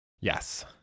yes